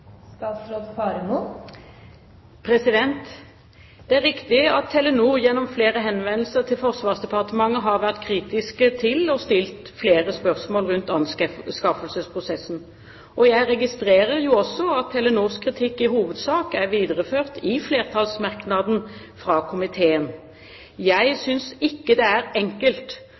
Det er riktig at Telenor gjennom flere henvendelser til Forsvarsdepartementet har vært kritiske til og stilt flere spørsmål ved anskaffelsesprosessen. Og jeg registrerer også at Telenors kritikk i hovedsak er videreført i flertallsmerknaden fra komiteen. Jeg synes ikke det er enkelt